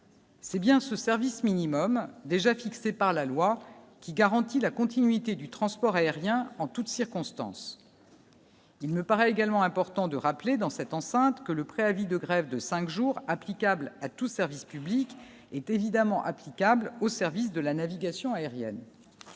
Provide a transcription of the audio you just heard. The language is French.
C'est bien ce service minimum déjà fixé par la loi, qui garantit la continuité du transport aérien en toute circonstance. Il me paraît également important de rappeler dans cette enceinte que le préavis de grève de 5 jours applicable à tout service public est évidemment applicable au service de la navigation aérienne